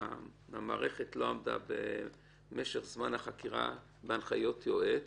שהמערכת לא עמדה במשך זמן החקירה בהנחיות יועץ